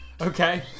okay